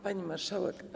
Pani Marszałek!